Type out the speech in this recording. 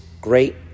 great